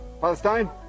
Palestine